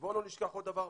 ובואו לא נשכח עוד דבר,